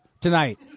tonight